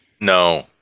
No